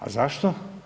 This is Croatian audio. A zašto?